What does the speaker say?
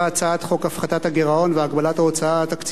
והגבלת ההוצאה התקציבית (תיקון מס' 12)